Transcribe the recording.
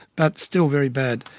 but still very bad.